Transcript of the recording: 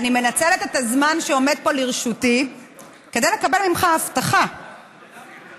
אני מנצלת את הזמן שעומד פה לרשותי כדי לקבל ממך הבטחה שהנושאים